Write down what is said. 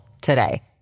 today